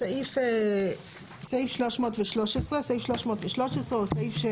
בסעיף 313. סעיף 313 הוא סעיף,